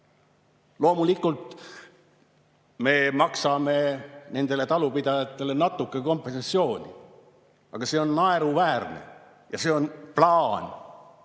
Loomulikult me maksame nendele talupidajatele natuke kompensatsiooni. Aga see on naeruväärne. Ja see on